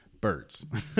birds